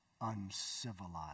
uncivilized